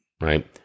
Right